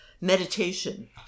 meditation